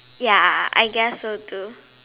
ya I guess so too